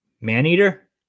Maneater